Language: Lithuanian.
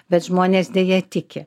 bet žmonės deja tiki